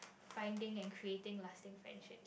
finding and creating lasting friendships